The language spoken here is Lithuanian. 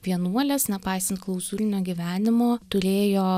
vienuolės nepaisant klauzūrinio gyvenimo turėjo